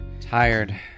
tired